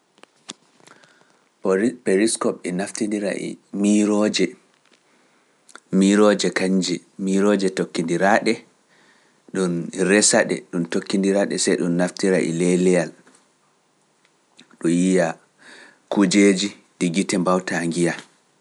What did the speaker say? Periskop e naftindira e miirooje, miirooje kañje, miirooje tokkindiraaɗe, ɗum resa ɗe, ɗum tokkindira ɗe, sey ɗum naftira e leleyal, ɗum yiya kujeeji ɗi gite mbawta njiya.